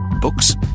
Books